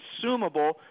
consumable